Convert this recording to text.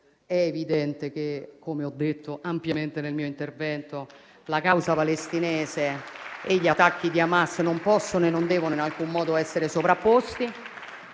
È evidente che, come ho detto ampiamente nel mio intervento, la causa palestinese e gli attacchi di Hamas non possono e non devono in alcun modo essere sovrapposti.